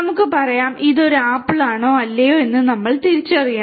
നമുക്ക് പറയാം ഇത് ഒരു ആപ്പിൾ ആണോ അല്ലയോ എന്ന് നമ്മൾ തിരിച്ചറിയണം